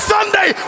Sunday